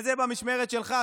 וזה במשמרת שלך.